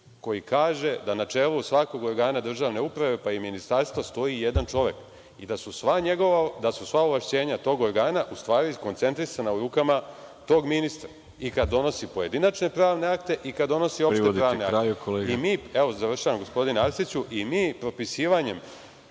koji kaže da na čelu svakog organa državne uprave, pa i ministarstva stoji jedan čovek i da su sva ovlašćenja tog organa u stvari skoncentrisana u rukama tog ministra, i kada donosi pojedinačne pravne akte i kada donosi opšte pravne akte. **Veroljub Arsić** Privodite